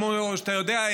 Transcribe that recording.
כמו שאתה יודע,